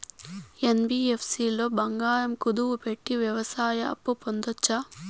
NBFC లో బంగారం కుదువు పెట్టి వ్యవసాయ అప్పు పొందొచ్చా?